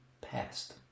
Past